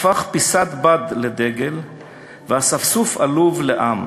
הפך פיסת בד לדגל ואספסוף עלוב לעם